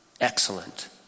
Excellent